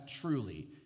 truly